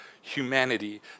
humanity